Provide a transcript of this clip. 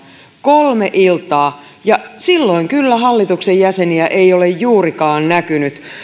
kolme iltaa ja silloin kyllä hallituksen jäseniä ei ole juurikaan näkynyt